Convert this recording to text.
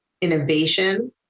innovation